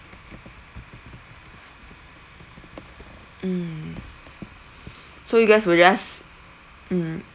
mm so you guys were just mm